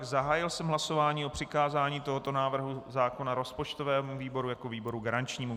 Zahájil jsem hlasování o přikázání tohoto návrhu zákona rozpočtovému výboru jako výboru garančnímu.